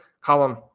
column